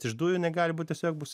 iš dujų jinai gali būt tiesiog bus